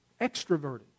extroverted